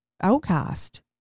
outcast